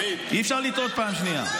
אי-אפשר לטעות פעם שנייה.